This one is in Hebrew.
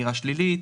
הגירה שלילית,